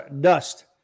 dust